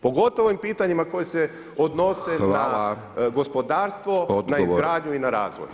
Pogotovo u ovim pitanjima koji se odnose na gospodarstvo [[Upadica: Hvala.]] na izgradnju i na razvoj.